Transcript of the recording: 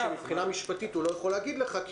אתה מבין שמבחינה משפטית הוא לא יכול להגיד לך כי